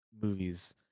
movies